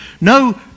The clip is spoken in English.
No